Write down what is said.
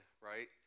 Right